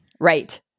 Right